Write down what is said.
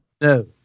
No